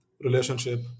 relationship